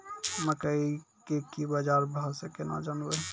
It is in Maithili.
मकई के की बाजार भाव से केना जानवे?